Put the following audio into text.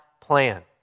plan